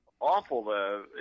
awful